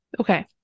Okay